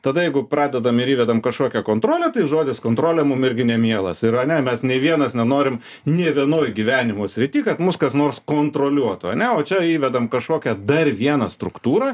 tada jeigu pradedam ir įvedam kažkokią kontrolę tai žodis kontrolė mum irgi nemielas ir ane mes nei vienas nenorim nė vienoj gyvenimo srity kad mus kas nors kontroliuotų ane o čia įvedam kažkokią dar vieną struktūrą